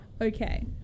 Okay